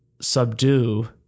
subdue